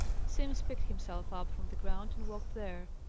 simms picked himself up from the ground and walked there.